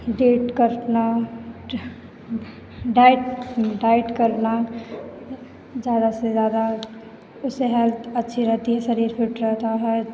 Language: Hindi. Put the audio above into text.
डेट करना डाइट डाइट करना ज़्यादा से ज़्यादा उससे हैल्थ अच्छी रहती है शरीर फ़िट रहता है